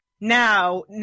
now